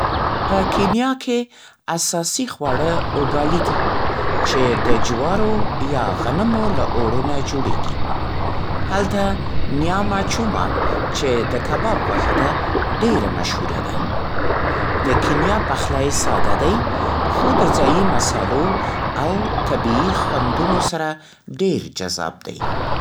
په کینیا کې اساسي خواړه «اوګالي» دي، چې د جوارو یا غنمو له اوړو نه جوړېږي. هلته «نیاما چوما» چې د کباب غوښه ده، ډېره مشهوره ده. د کینیا پخلی ساده دی، خو د ځایي مصالحو او طبیعي خوندونو سره ډېر جذاب دی.